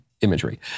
imagery